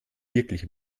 wirklich